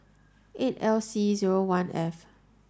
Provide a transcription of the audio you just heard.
eight L C zero one F